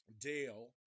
Dale